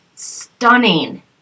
stunning